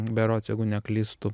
berods jeigu neklystu